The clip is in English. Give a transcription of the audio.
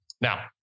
Now